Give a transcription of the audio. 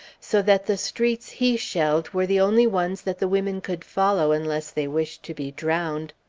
so that the streets he shelled were the only ones that the women could follow, unless they wished to be drowned.